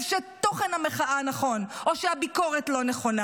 שתוכן המחאה נכון או שהביקורת לא נכונה.